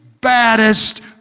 baddest